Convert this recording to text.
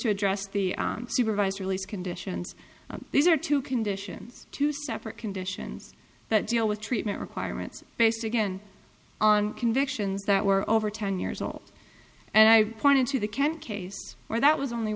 to address the supervised release conditions these are two conditions two separate conditions that deal with treatment requirements based again on convictions that were over ten years old and i pointed to the kind of case where that was only